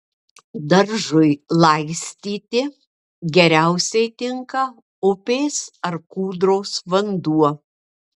daržui laistyti geriausiai tinka upės ar kūdros vanduo